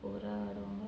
over ஆடுவாங்க:aaduvaanga